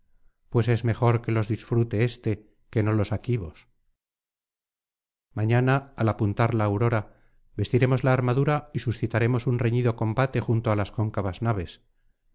pues es mejor que los disfrute éste que no los aquivos mañana al apuntar la aurora vestiremos la armadura y suscitaremos un reñido combate junto á las cóncavas naves